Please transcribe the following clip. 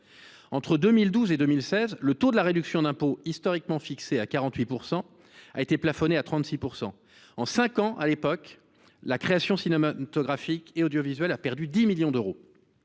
Entre 2012 et 2016, le taux de la réduction d’impôt historiquement fixé à 48 % a été plafonné à 36 %. En cinq ans, à l’époque, la création cinématographique et audiovisuelle a perdu 10 millions d’euros.